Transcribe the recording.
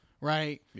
right